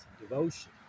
devotion